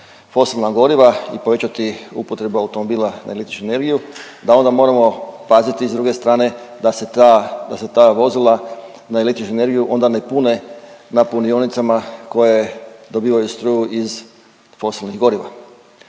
fosilna goriva i povećati upotrebu automobila na električnu energiju da onda moramo paziti s druge strane da se ta, da se ta vozila na električnu energiju onda ne pune na punionicama koje dobivaju struju iz fosilnih goriva.